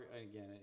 again